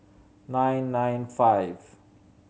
nine nine five